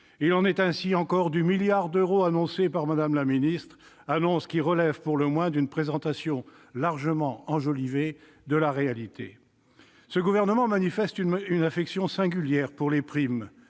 Il en est ainsi, encore, du milliard d'euros annoncé par Mme la ministre, une annonce qui relève pour le moins d'une présentation largement enjolivée de la réalité. Ce gouvernement manifeste une affection singulière pour les primes,